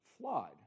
flawed